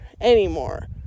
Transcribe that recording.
anymore